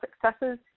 successes